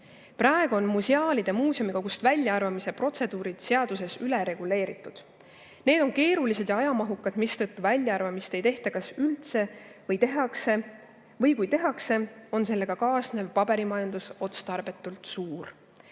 Praegu on museaalide muuseumikogust väljaarvamise protseduurid seaduses ülereguleeritud. Need on keerulised ja ajamahukad, mistõttu väljaarvamist ei tehta kas üldse või kui tehakse, on sellega kaasnev paberimajandus tarbetult suur.